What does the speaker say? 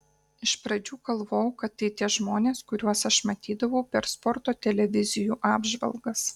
iš pradžių galvojau kad tai tie žmonės kuriuos aš matydavau per sporto televizijų apžvalgas